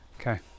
okay